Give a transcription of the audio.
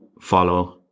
follow